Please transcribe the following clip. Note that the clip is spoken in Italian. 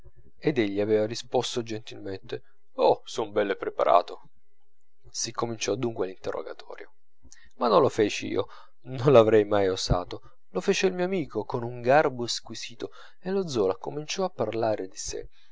ed egli aveva risposto gentilmente son bell'e preparato si cominciò dunque l'interrogatorio ma non lo feci io non l'avrei mai osato lo fece il mio amico con un garbo squisito e lo zola cominciò a parlare di sè